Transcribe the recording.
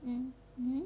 mm mmhmm